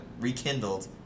rekindled